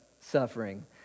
suffering